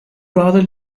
rather